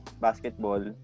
basketball